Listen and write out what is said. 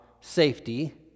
safety